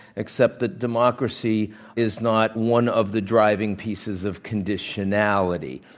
except that democracy is not one of the driving pieces of conditionality.